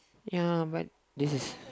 ya but this is